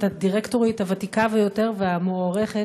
את הדירקטורית הוותיקה ביותר והמוערכת,